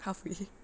halfway